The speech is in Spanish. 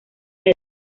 del